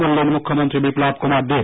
বললেন মুখ্যমন্ত্রী বিপ্লব কুমার দেব